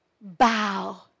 bow